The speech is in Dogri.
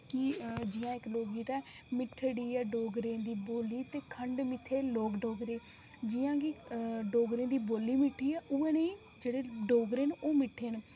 कि जि'यां इक लोकगीत ऐ मिट्ठड़ी ऐ डोगरें दी बोली ते खंड मिट्ठे लोक डोगरे जि'यां कि डोगरें दी बोली मिट्ठी ऐ उ'आं गै डोगरे न ओह् मिट्ठे न